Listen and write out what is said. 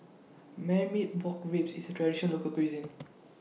Marmite Pork Ribs IS A Traditional Local Cuisine